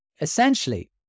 essentially